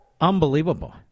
unbelievable